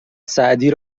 سعدی